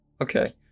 Okay